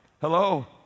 Hello